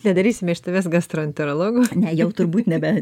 nedarysime iš tavęs gastroenterologo ne jau turbūt nebe